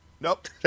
Nope